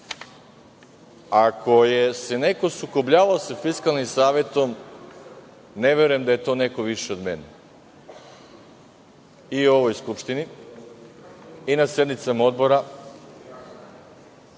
ako se neko sukobljavao sa Fiskalnim savetom, ne verujem da je to neko više od mene i u ovoj Skupštini, i na sednicama odbora.